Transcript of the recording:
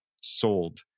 sold